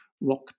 rock